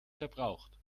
verbraucht